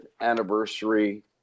anniversary